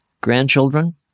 grandchildren